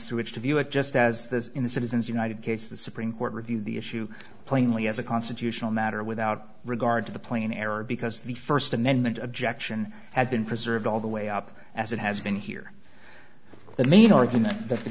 which to view it just as this in the citizens united case the supreme court review the issue plainly as a constitutional matter without regard to the plain error because the first amendment objection had been preserved all the way up as it has been here the main